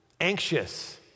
anxious